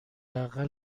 اقل